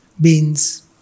beans